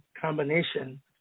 combination